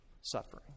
suffering